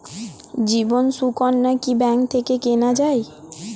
জীবন সুকন্যা কি ব্যাংক থেকে কেনা যায়?